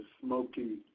smoky